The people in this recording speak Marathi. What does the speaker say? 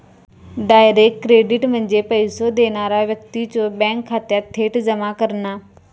डायरेक्ट क्रेडिट म्हणजे पैसो देणारा व्यक्तीच्यो बँक खात्यात थेट जमा करणा